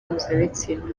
mpuzabitsina